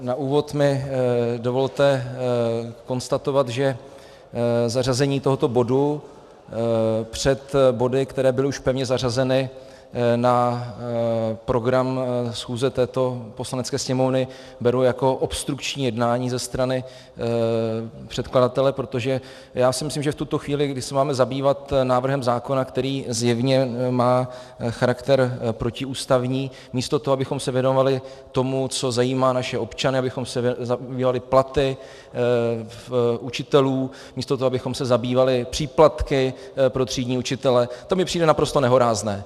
Na úvod mi dovolte konstatovat, že zařazení tohoto bodu před body, které byly už pevně zařazeny na program schůze této Poslanecké sněmovny, beru jako obstrukční jednání ze strany předkladatele, protože já si myslím, že v tuto chvíli, kdy se máme zabývat návrhem zákona, který zjevně má charakter protiústavní, místo toho, abychom se věnovali tomu, co zajímá naše občany, abychom se zabývali platy učitelů, místo toho, abychom se zabývali příplatky pro třídní učitele, to mi přijde naprosto nehorázné.